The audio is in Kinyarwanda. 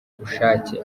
ubushake